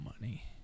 money